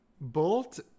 Bolt